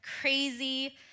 crazy